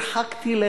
הרחקתי לכת.